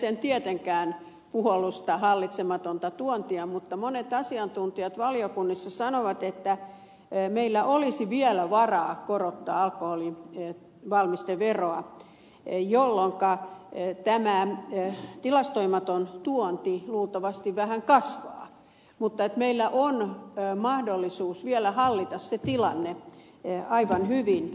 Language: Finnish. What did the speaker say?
en tietenkään puolusta hallitsematonta tuontia mutta monet asiantuntijat valiokunnassa sanoivat että meillä olisi vielä varaa korottaa alkoholin valmisteveroa jolloin tämä tilastoimaton tuonti luultavasti vähän kasvaa mutta että meillä on mahdollisuus vielä hallita se tilanne aivan hyvin